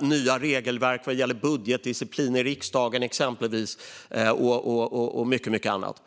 nya regelverk vad gäller budgetdisciplin i riksdagen och mycket annat.